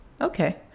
Okay